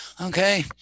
okay